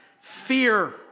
fear